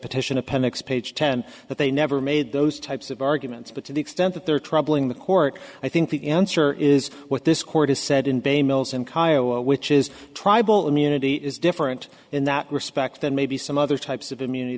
petition appendix page ten that they never made those types of arguments but to the extent that there are troubling the court i think the answer is what this court has said in bay mills and kiowa which is tribal immunity is different in that respect than maybe some other types of immunity